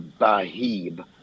Bahib